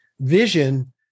vision